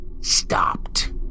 Stopped